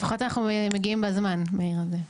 לפחות אנחנו מגיעים בזמן, מאיר.